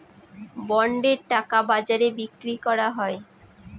বন্ডের টাকা বাজারে বিক্রি করা হয়